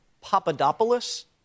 Papadopoulos